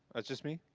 it's just me?